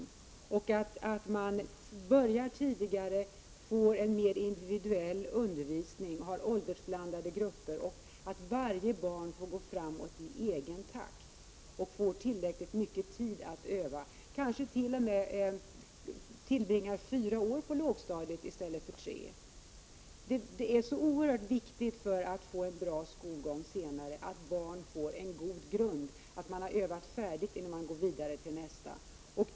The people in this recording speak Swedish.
Vi vill också att man börjar tidigare och får en mer individuell undervisning och har åldersblandade grupper och att varje barn får gå framåt i egen takt och får tillräckligt mycket tid att öva — kanske t.o.m. tillbringa fyra år på lågstadiet i stället för tre. Det är så oerhört viktigt för att få en bra skolgång senare att barnen får en god grund och har övat vidare innan man går vidare till nästa moment.